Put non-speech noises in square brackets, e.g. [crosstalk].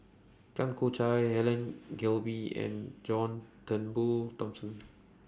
Tan Choo Kai Helen Gilbey and John Turnbull Thomson [noise]